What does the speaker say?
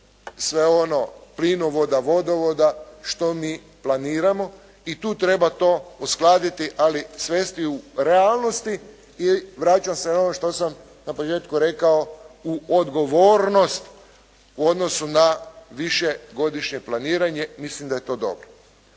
sve ono, plinovoda, vodovoda što mi planiramo i tu treba to uskladiti, ali svesti u realnosti i vraćam se na ono što sam na početku rekao, u odgovornost u odnosu na višegodišnje planiranje, mislim da je to dobro.